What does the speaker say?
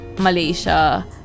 Malaysia